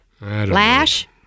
Lash